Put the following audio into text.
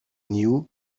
knew